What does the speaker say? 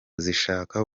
zishaka